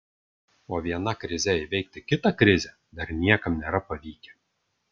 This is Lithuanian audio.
o viena krize įveikti kitą krizę dar niekam nėra pavykę